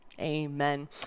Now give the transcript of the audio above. amen